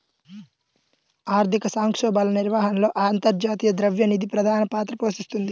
ఆర్థిక సంక్షోభాల నిర్వహణలో అంతర్జాతీయ ద్రవ్య నిధి ప్రధాన పాత్ర పోషిస్తోంది